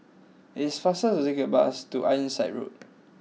it is faster to take the bus to Ironside Road